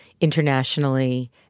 internationally